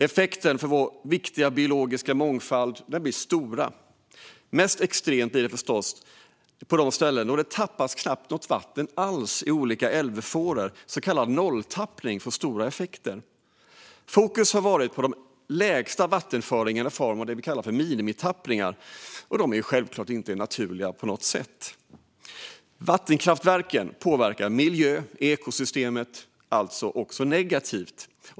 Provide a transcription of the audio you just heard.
Effekterna för vår viktiga biologiska mångfald blir stora. Mest extremt blir det förstås där man i olika älvfåror knappt tappar något vatten alls. Så kallad nolltappning får stor påverkan. Fokus har varit på de lägsta vattenföringarna i form av minimitappningar som självklart inte på något sätt är naturliga. Vattenkraftverken påverkar miljö och ekosystemen negativt.